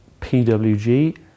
pwg